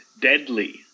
deadly